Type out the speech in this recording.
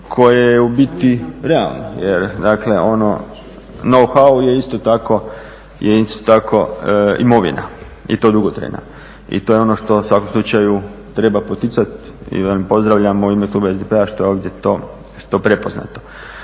koje je u biti realno jer ono no hau je isto tako imovina i to dugotrajna. I to je ono što u svakom slučaju treba poticati i velim pozdravljam u ime kluba SDP-a što je ovdje to prepoznato.